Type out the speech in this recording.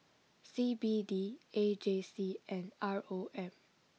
C B D A J C and R O M